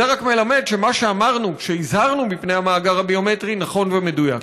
זה רק מלמד שמה שאמרנו כשהזהרנו מפני המאגר הביומטרי נכון ומדויק.